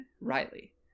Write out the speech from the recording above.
Riley